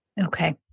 Okay